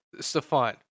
Stefan